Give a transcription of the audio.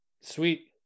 sweet